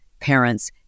parents